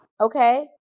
okay